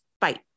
fight